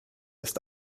ist